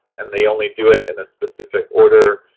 and they only do it in a specific order.